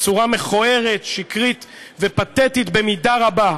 בצורה מכוערת, שקרית ופתטית במידה רבה,